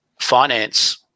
finance